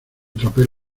tropel